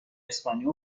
اسپانیا